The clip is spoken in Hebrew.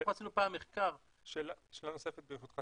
אנחנו עשינו פעם מחקר --- שאלה נוספת ברשותך,